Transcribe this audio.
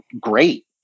great